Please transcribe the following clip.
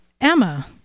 Emma